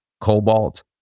cobalt